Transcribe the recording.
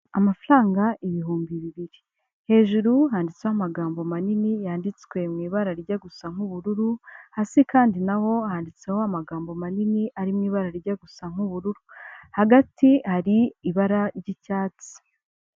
Amafaranga ibihumbi bibiri, hejuru handitseho amagambo manini yanditswe mu ibara rijya gusa nk'ubururu, hasi kandi naho handitseho amagambo manini ari mu ibara rijya gusa nk'ubururu, hagati hari ibara ry'icyatsi.